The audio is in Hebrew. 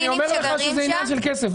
אני אומר לך שזה עניין של כסף.